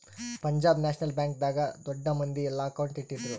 Punjab national bank ದಾಗ ದೊಡ್ಡ ಮಂದಿ ಯೆಲ್ಲ ಅಕೌಂಟ್ ಇಟ್ಟಿದ್ರು